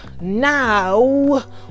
now